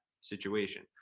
situation